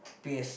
P S